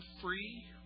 free